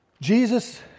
Jesus